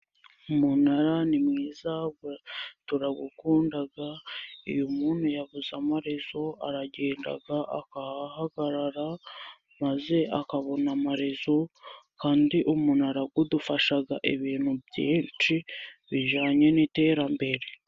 Umunara ni mwiza turawukunda. Iyo umuntu yabuze amarezo aragenda agahagarara, maze akabona amarezo. Kandi umunara udufasha ibintu byinshi bijyanye n'iterambere.